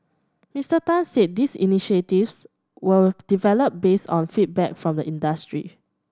Mister Tan said these initiatives were developed based on feedback from the industry